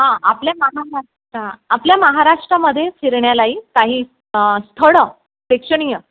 हां आपल्या महाराष्ट आपल्या महाराष्ट्रामध्ये फिरण्यालाही काही स्थळं प्रेक्षणीय